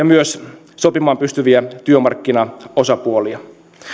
myös sopimaan pystyviä työmarkkinaosapuolia